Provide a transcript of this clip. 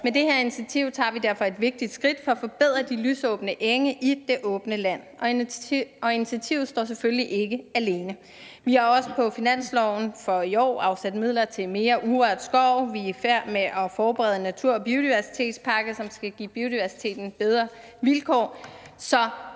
Med det her initiativ tager vi derfor et vigtigt skridt for at forbedre de lysåbne enge i det åbne land, og initiativet står selvfølgelig ikke alene. Vi har også på finansloven for i år afsat midler til mere urørt skov, og vi er i færd med at forberede en natur- og biodiversitetspakke, som skal give biodiversiteten bedre vilkår.